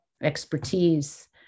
expertise